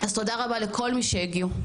אז תודה רבה לכל מי שהגיעו,